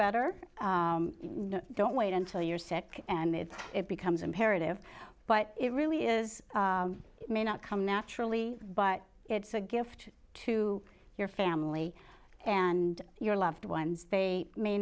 better don't wait until you're sick and then it becomes imperative but it really is it may not come naturally but it's a gift to your family and your loved ones they may